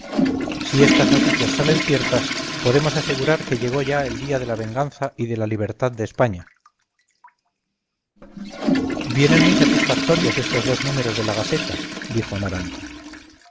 si estas noticias salen ciertas podemos asegurar que llegó ya el día de la venganza y de la libertad de españa vienen muy satisfactorios estos dos números de la gaceta dijo amaranta